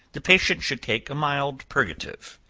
the patient should take a mild purgative.